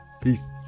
Peace